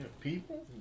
people